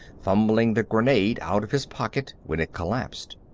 fumbling the grenade out of his pocket, when it collapsed.